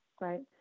right